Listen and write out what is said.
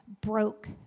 broke